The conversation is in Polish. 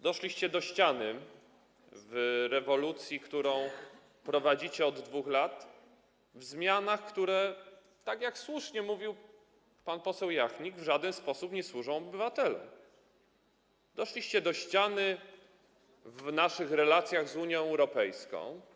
Doszliście do ściany w rewolucji, którą prowadzicie od 2 lat, w zmianach, które - tak jak słusznie mówił pan poseł Jachnik - w żaden sposób nie służą obywatelom, doszliście do ściany w naszych relacjach z Unią Europejską.